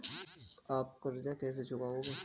आप कर्ज कैसे चुकाएंगे?